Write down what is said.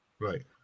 right